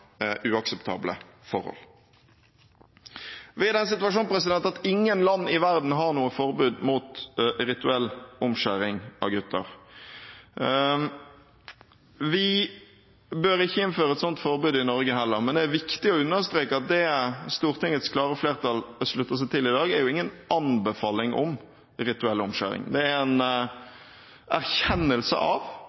uakseptable forhold. Vi er i den situasjon at ingen land i verden har noe forbud mot rituell omskjæring av gutter. Vi bør ikke innføre et slikt forbud i Norge heller, men det er viktig å understreke at det Stortingets klare flertall slutter seg til i dag, er ingen anbefaling om rituell omskjæring. Det er en erkjennelse av